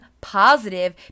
positive